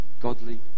godly